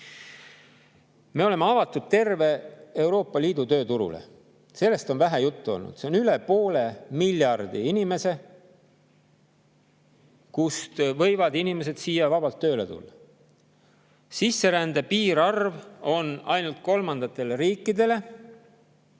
Me oleme avatud terve Euroopa Liidu tööturule. Sellest on vähe juttu olnud. Üle poole miljardi on neid inimesi, kes võivad siia vabalt tööle tulla. Sisserände piirarv on ainult kolmandatele riikidele.